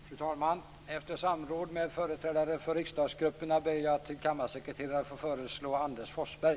Fru talman! Efter samråd med företrädare för riksdagsgrupperna ber jag att till kammarsekreterare få föreslå Anders Forsberg.